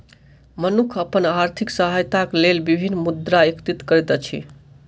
मनुख अपन आर्थिक सहायताक लेल विभिन्न मुद्रा एकत्रित करैत अछि